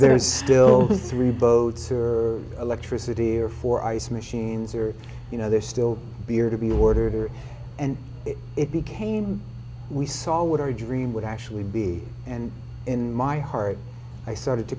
there's still three boats or electricity or four ice machines or you know there's still beer to be ordered here and it became we saw what our dream would actually be and in my heart i started to